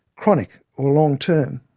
chronic, or long-term.